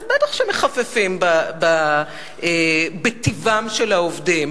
אז בטח שמחפפים בהכשרה של העובדים,